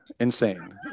Insane